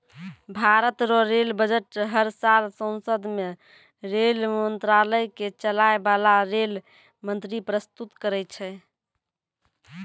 भारत रो rail budget हर साल सांसद मे रेल मंत्रालय के चलाय बाला रेल मंत्री परस्तुत करै छै